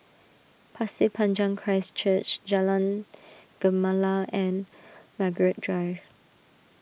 Pasir Panjang Christ Church Jalan Gemala and Margaret Drive